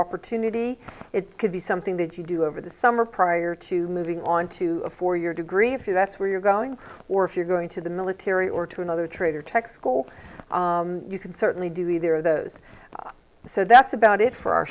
opportunity it could be something that you do over the summer prior to moving on to a four year degree if you that's where you're going or if you're going to the military or to another trade or tech school you can certainly do either of those so that's about it for our